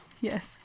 Yes